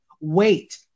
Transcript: Wait